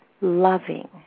loving